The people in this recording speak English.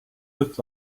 look